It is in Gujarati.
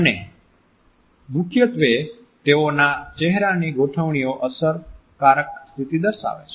અને મુખ્યત્વે તેઓનાં ચહેરાની ગોઠવણીઓ અસરકારક સ્થિતિ દર્શાવે છે